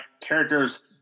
characters